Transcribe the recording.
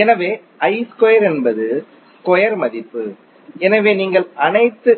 எனவே என்பது ஸ்கொயர் மதிப்பு எனவே நீங்கள் அனைத்து